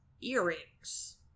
earrings